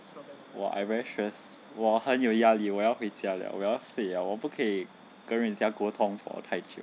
!wah! I very stress 我很有压力我要回家了我要睡了我不可以跟人家沟通 for 太久